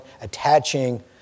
attaching